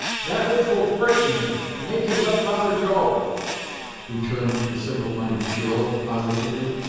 that which will frighten him, and make him let father go returned the simple-minded girl, positively.